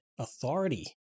authority